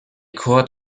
court